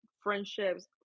friendships